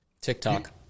TikTok